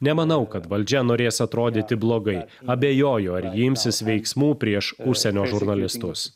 nemanau kad valdžia norės atrodyti blogai abejoju ar ji imsis veiksmų prieš užsienio žurnalistus